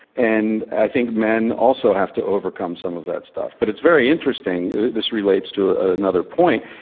and i think men also have to overcome some of that stuff. but it's very interesting, this relates to another point,